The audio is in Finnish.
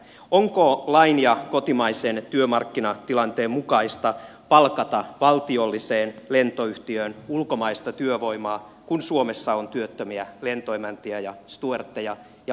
onko lain ja kotimaisen työmarkkinatilanteen mukaista palkata valtiolliseen lentoyhtiöön ulkomaista työvoimaa kun suomessa on työttömiä lentoemäntiä ja stuertteja ja valtionyhtiö tekee heitä koko ajan lisää